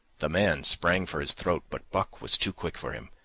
the man sprang for his throat, but buck was too quick for him.